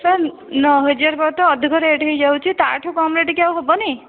sir ନଅ ହଜାର phone ତ ଅଧିକ ରେଟ୍ ହୋଇଯାଉଛି ତାଠୁ କମ ରେଟ୍ କି ଆଉ ହେବନି